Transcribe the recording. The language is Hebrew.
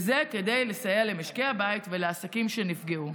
כדי לסייע למשקי הבית ולעסקים שנפגעו.